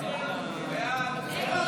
סעיפים 93